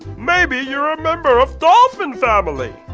maybe you're a member of dolphin family!